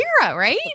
right